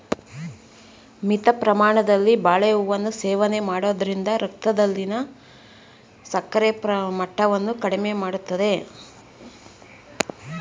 ಮಿತ ಪ್ರಮಾಣದಲ್ಲಿ ಬಾಳೆಹೂವನ್ನು ಸೇವನೆ ಮಾಡೋದ್ರಿಂದ ರಕ್ತದಲ್ಲಿನ ಸಕ್ಕರೆ ಮಟ್ಟವನ್ನ ಕಡಿಮೆ ಮಾಡ್ತದೆ